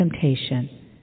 temptation